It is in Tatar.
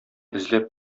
эзләп